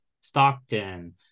Stockton